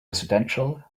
residential